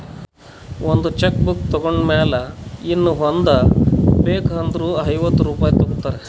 ಒಂದ್ cheque book ತೊಂಡ್ ಮ್ಯಾಲ ಇನ್ನಾ ಒಂದ್ ಬೇಕ್ ಅಂದುರ್ ಐವತ್ತ ರುಪಾಯಿ ತಗೋತಾರ್